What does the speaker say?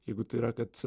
jeigu tai yra kad